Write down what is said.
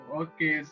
okay